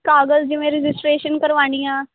ਕਾਗਜ਼ ਦੀ ਜਿਵੇਂ ਰਜਿਸਟਰੇਸ਼ਨ ਕਰਵਾਉਣੀ ਆ